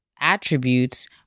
attributes